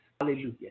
Hallelujah